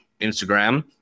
Instagram